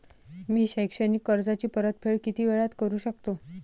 मी शैक्षणिक कर्जाची परतफेड किती वेळात करू शकतो